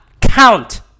count